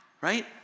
right